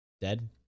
Dead